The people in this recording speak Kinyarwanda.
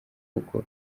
kuko